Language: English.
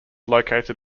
located